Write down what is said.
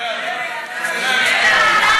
מה זה צריך להיות?